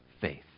faith